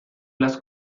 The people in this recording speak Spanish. las